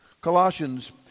Colossians